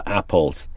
apples